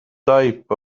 type